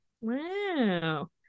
Wow